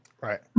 Right